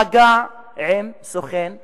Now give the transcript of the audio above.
"מגע עם סוכן זר".